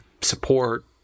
support